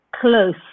close